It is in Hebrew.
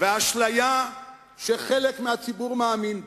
והאשליה שחלק מהציבור מאמין בה,